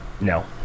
no